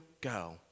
Go